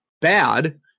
bad